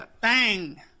bang